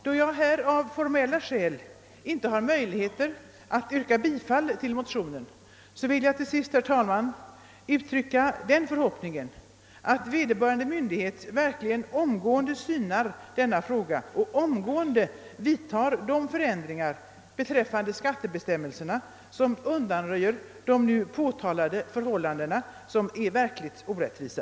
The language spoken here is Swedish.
Då jag av formella skäl inte har möjlighet att yrka bifall till motionen vill jag till sist, herr talman, uttala den förhoppningen, att vederbörande myndighet omgående vidtar de förändringar beträffande skattebestämmelserna som undanröjer de påtalade förhållandena, som är verkligt orättvisa.